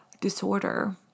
disorder